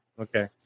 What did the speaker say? Okay